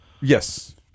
Yes